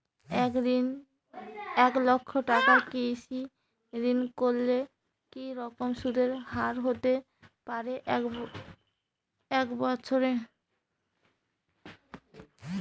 এক লক্ষ টাকার কৃষি ঋণ করলে কি রকম সুদের হারহতে পারে এক বৎসরে?